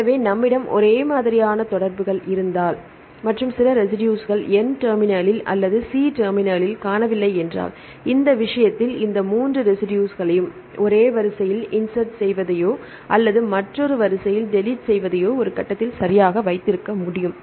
எனவே நம்மிடம் ஒரே மாதிரியான தொடர்கள் இருந்தால் மற்றும் சில ரெசிடுஸ்கள் N டெர்மினலில் அல்லது C டெர்மினலில் காணவில்லை என்றால் இந்த விஷயத்தில் இந்த 3 ரெசிடுஸ்களையும் ஒரு வரிசையில் இன்ஸெர்ட் செய்வதையோ அல்லது மற்ற வரிசையில் டெலிட் செய்வதையோ ஒரு கட்டத்தில் சரியாக வைத்திருக்க முடியும்